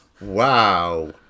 Wow